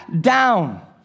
down